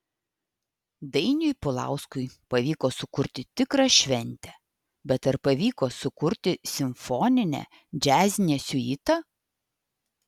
dainiui pulauskui pavyko sukurti tikrą šventę bet ar pavyko sukurti simfoninę džiazinę siuitą